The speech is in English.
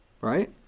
Right